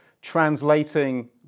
translating